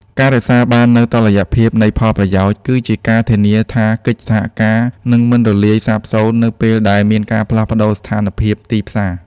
ការរក្សាបាននូវ "តុល្យភាពនៃផលប្រយោជន៍" គឺជាការធានាថាកិច្ចសហការនឹងមិនរលាយសាបសូន្យនៅពេលដែលមានការផ្លាស់ប្តូរស្ថានភាពទីផ្សារ។